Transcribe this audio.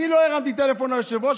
אני לא הרמתי טלפון ליושב-ראש,